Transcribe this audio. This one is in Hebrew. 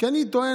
כי אני טוען